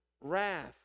wrath